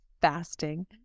fasting